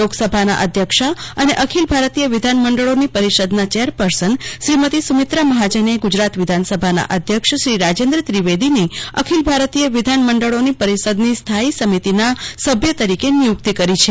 લોકસભાના અધ્યક્ષા અને અખિલ ભારતીય વિધાનમંડળોની પરિષદના ચેરપર્સન શ્રીમતી સુમિત્રા મહાજને ગુજરાત વિધાનસભાના અધ્યક્ષ શ્રી રાજેન્દ્ર ત્રિવેદીની અખિલ ભારતીય વિધાનમંડળોની પરિષદની સ્થાયી સમિતિના સભ્ય તરીકે નિયુક્તિ કરી છે